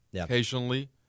Occasionally